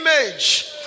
image